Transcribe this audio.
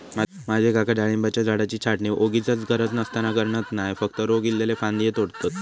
माझे काका डाळिंबाच्या झाडाची छाटणी वोगीचच गरज नसताना करणत नाय, फक्त रोग इल्लले फांदये तोडतत